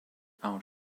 out